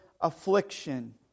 affliction